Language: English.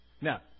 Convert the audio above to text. Now